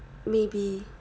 maybe